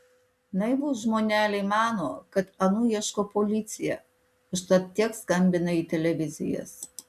naivūs žmoneliai mano kad anų ieško policija užtat tiek skambina į televizijas